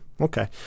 Okay